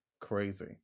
crazy